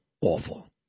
awful